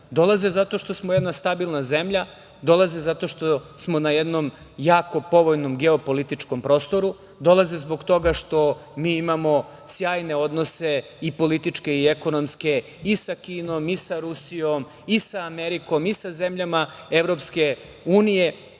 Dolaze zato što smo jedna stabilna zemlja, dolaze zato što smo na jednom jako povoljnom geopolitičkom prostoru. Dolaze zbog toga što imamo sjajne odnose i političke i ekonomske i sa Kinom, i sa Rusijom, i sa Amerikom i sa zemljama EU i